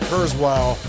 Kurzweil